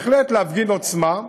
בהחלט להפגין עוצמה.